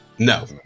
No